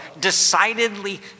decidedly